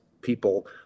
people